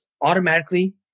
automatically